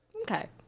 Okay